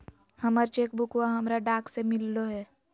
हमर चेक बुकवा हमरा डाक से मिललो हे